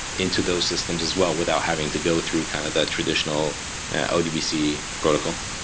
into those systems as well without having to go through kind of the traditional odbc protocol.